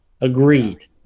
Agreed